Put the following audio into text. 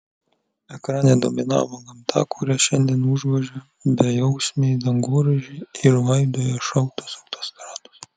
ekrane dominavo gamta kurią šiandien užgožia bejausmiai dangoraižiai ir laidoja šaltos autostrados